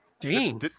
Dean